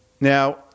Now